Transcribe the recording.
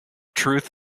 truth